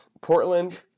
Portland